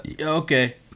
Okay